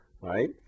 right